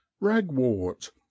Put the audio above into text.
ragwort